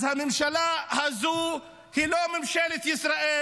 אז הממשלה הזו היא לא ממשלת ישראל,